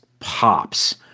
pops